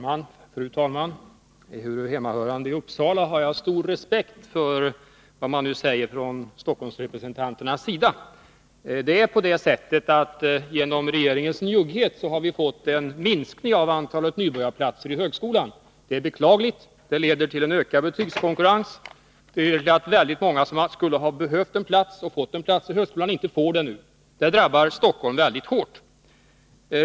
Herr talman! Ehuru hemmahörande i Uppsala har jag stor respekt för vad man nu säger från Stockholmsrepresentanternas sida. Genom regeringens njugghet har vi fått en minskning av antalet nybörjarplatser i högskolan. Det är beklagligt. Det leder till en ökad betygskonkurrens. Det leder till att väldigt många som skulle ha behövt en plats och fått en plats i högskolan nu inte får den. Detta drabbar Stockholm mycket hårt.